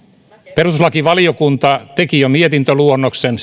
perustuslakivaliokunta teki jo mietintöluonnoksen